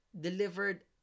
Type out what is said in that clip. Delivered